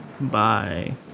Bye